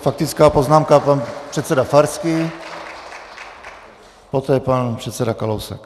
Faktická poznámka, pan předseda Farský, poté pan předseda Kalousek.